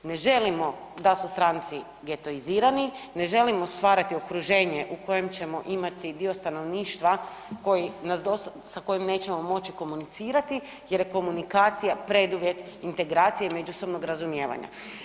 Ne želimo da su stranci getoizirani, ne želimo stvarati okruženje u kojem ćemo imati dio stanovništva koji nas, sa kojim nećemo moći komunicirati jer je komunikacija preduvjet integracije i međusobnog razumijevanja.